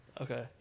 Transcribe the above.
Okay